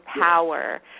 power